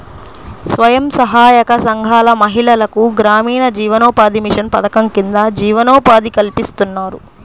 స్వయం సహాయక సంఘాల మహిళలకు గ్రామీణ జీవనోపాధి మిషన్ పథకం కింద జీవనోపాధి కల్పిస్తున్నారు